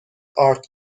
آرد